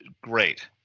great